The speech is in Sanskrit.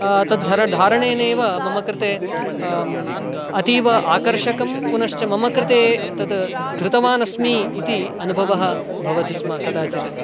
तत् धर धारणेनैव मम कृते अतीव आकर्षकं पुनश्च मम कृते तत् धृतवान् अस्मि इति अनुभवः भवति स्म कदाचित्